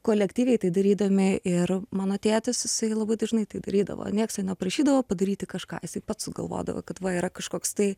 kolektyviai tai darydami ir mano tėtis jisai labai dažnai tai darydavo nieks jo neprašydavo padaryti kažką jisai pats galvodavo kad va yra kažkoks tai